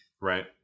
Right